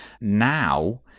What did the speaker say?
now